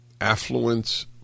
affluence